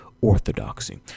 orthodoxy